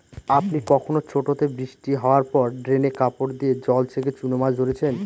আপনি কখনও ছোটোতে বৃষ্টি হাওয়ার পর ড্রেনে কাপড় দিয়ে জল ছেঁকে চুনো মাছ ধরেছেন?